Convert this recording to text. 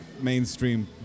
mainstream